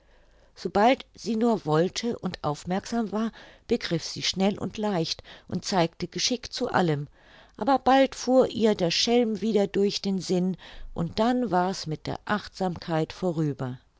sobald sie nur wollte und aufmerksam war begriff sie schnell und leicht und zeigte geschick zu allem aber bald fuhr ihr der schelm wieder durch den sinn und dann war's mit der achtsamkeit vorüber